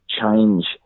change